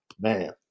man